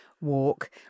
walk